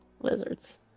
lizards